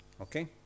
Okay